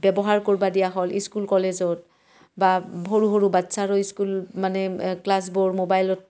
ব্যৱহাৰ কৰিব দিয়া হ'ল স্কুল কলেজত বা সৰু সৰু বাচ্ছাৰো স্কুল মানে ক্লাছবোৰ ম'বাইলত